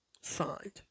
signed